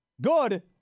good